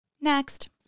next